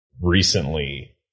recently